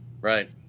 right